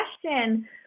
question